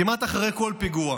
כמעט אחרי כל פיגוע,